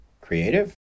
Creative